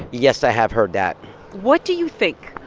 yes, i have heard that what do you think?